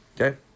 Okay